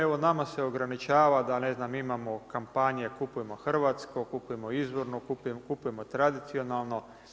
Evo nama se ograničava da ne znam imamo kampanje „Kupujmo hrvatsko“, „Kupujmo izvorno“, „Kupujmo tradicionalno“